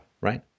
right